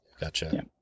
Gotcha